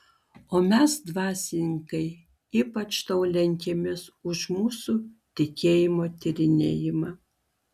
o mes dvasininkai ypač tau lenkiamės už mūsų tikėjimo tyrinėjimą